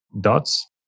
dots